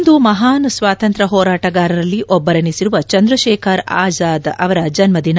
ಇಂದು ಮಹಾನ್ ಸ್ಲಾತಂತ್ರಯ ಹೋರಾಟಗಾರರಲ್ಲಿ ಒಬ್ಬರೆನ್ನಿಸಿರುವ ಚಂದ್ರ ಶೇಖರ್ ಆಜಾದ್ ಅವರ ಜನ್ಮದಿನ